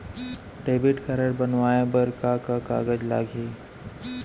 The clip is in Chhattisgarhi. डेबिट कारड बनवाये बर का का कागज लागही?